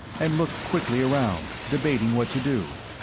and looked quickly around, debating what to do.